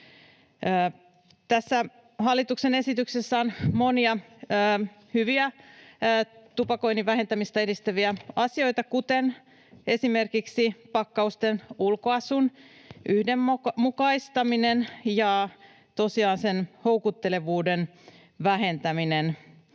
Tässä hallituksen esityksessä on monia hyviä tupakoinnin vähentämistä edistäviä asioita, kuten esimerkiksi pakkausten ulkoasun yhdenmukaistaminen ja tosiaan houkuttelevuuden vähentäminen